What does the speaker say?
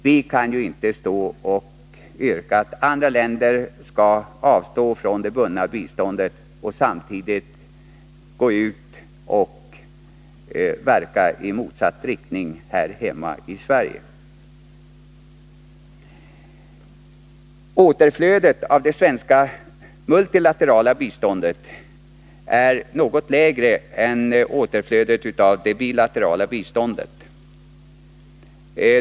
Vi kan ju inte yrka att andra länder skall avstå från det bundna biståndet, om vi samtidigt verkar i motsatt riktning hemma i Sverige. Återflödet av det svenska multilaterala biståndet är något lägre än återflödet av det bilaterala.